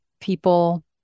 people